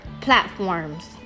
platforms